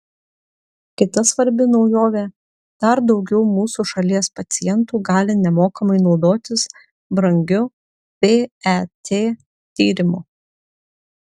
kita svarbi naujovė dar daugiau mūsų šalies pacientų gali nemokamai naudotis brangiu pet tyrimu